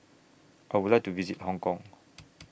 I Would like to visit Hong Kong